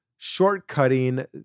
shortcutting